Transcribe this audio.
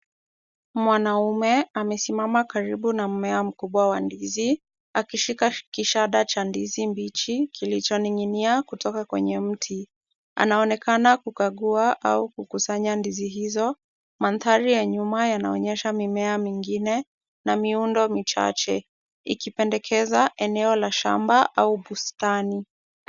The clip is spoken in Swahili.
Mwanaume amesimama karibu na mmea mkubwa wa ndizi akishika kishada cha ndizi mbichi kilichoning'inia kutoka kwenye mti. Anaonekana kukagua au kukusanya ndizi hizo. Mandhari ya nyuma yanaonyesha mimea mingine na miundo michache ikipendekeza eneo la shamba au bustani.